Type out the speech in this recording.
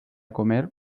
comer